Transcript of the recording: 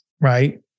Right